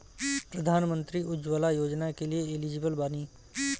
प्रधानमंत्री उज्जवला योजना के लिए एलिजिबल बानी?